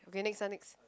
okay next ah next